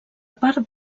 part